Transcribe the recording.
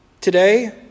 Today